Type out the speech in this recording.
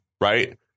right